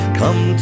come